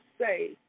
say